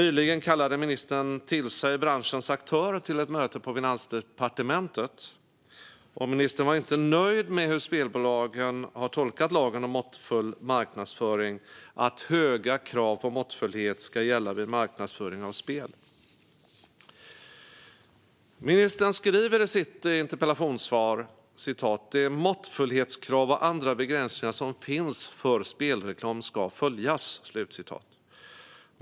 Nyligen kallade ministern till sig branschens aktörer till ett möte på Finansdepartementet. Ministern var inte nöjd med hur spelbolagen har tolkat lagen om måttfull marknadsföring, att höga krav på måttfullhet ska gälla vid marknadsföring av spel. Ministern säger i sitt interpellationssvar: "Det måttfullhetskrav och de andra begränsningar som finns för spelreklam ska följas."